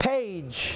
Page